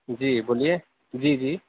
جی بولیے جی جی